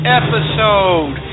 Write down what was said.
episode